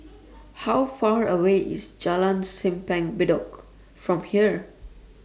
How Far away IS Jalan Simpang Bedok from here